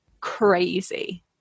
crazy